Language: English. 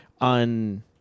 on